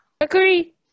agree